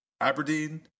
Aberdeen